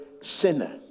sinner